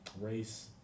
race